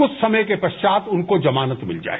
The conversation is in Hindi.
कुछ समय के पश्चात उनको जमानत मिल जाए